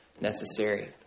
necessary